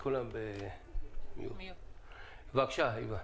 בבקשה, היבה.